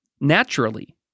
Naturally